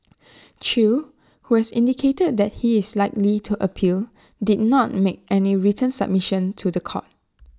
chew who has indicated that he is likely to appeal did not make any written submission to The Court